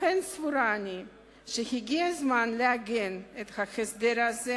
לכן סבורה אני שהגיע הזמן לעגן את ההסדר הזה